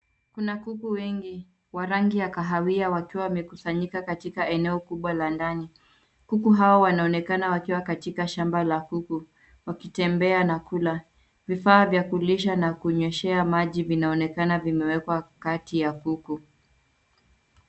Kuna kuku wengi wa rangi ya kahawia wakiwa wamekusanyika katika eneo kubwa la ndani. Kuku hawa wanaonekana wakiwa katika shamba la kuku wakitembea na kula. Vifaa vya kulisha na kunyweshea maji vinaonekana vimewekwa kati ya kuku.